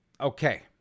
Okay